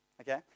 Okay